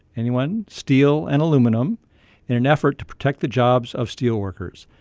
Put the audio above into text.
anyone? steel and aluminum in an effort to protect the jobs of steel workers.